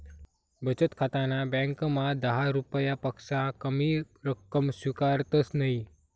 बचत खाताना ब्यांकमा दहा रुपयापक्सा कमी रक्कम स्वीकारतंस नयी